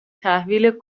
تحویل